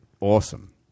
awesome